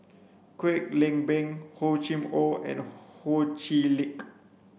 Kwek Leng Beng Hor Chim Or and Ho Chee Lick